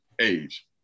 age